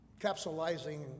capsulizing